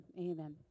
Amen